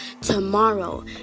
tomorrow